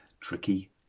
tricky